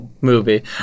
movie